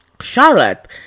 Charlotte